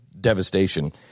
devastation